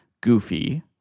Goofy